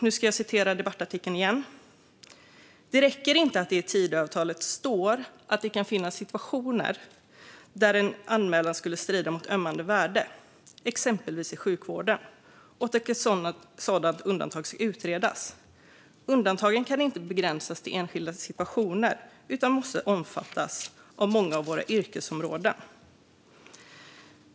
Låt mig åter citera debattartikeln: "Det räcker inte att det i Tidöavtalet står att det kan finnas situationer där en anmälan skulle strida mot ömmande värden, exempelvis i sjukvården, och att ett sådant undantag ska utredas närmare. Undantagen kan inte begränsas till enskilda situationer utan måste omfatta många av våra yrkesområden."